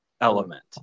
element